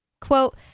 Quote